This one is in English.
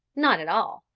not at all,